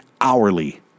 hourly